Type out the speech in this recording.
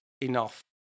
enough